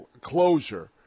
closure